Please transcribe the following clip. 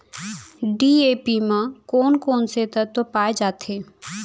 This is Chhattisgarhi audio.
डी.ए.पी म कोन कोन से तत्व पाए जाथे?